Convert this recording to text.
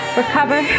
recover